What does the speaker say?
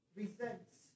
resents